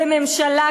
וממשלה,